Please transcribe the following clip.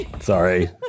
Sorry